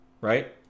right